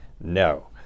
no